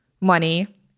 money